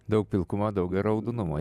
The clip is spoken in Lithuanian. daug pilkumo daug ir raudonumo ja